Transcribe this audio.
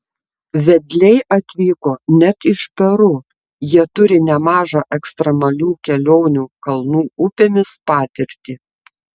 vedliai atvyko net iš peru jie turi nemažą ekstremalių kelionių kalnų upėmis patirtį